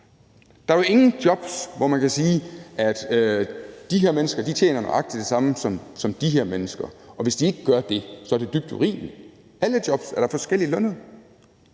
Der er ingen jobs, hvor man kan sige, at de her mennesker tjener nøjagtig det samme som de her mennesker, og hvis de ikke gør det, er det dybt urimeligt. Alle jobs er da forskelligt lønnet,